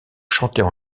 chantées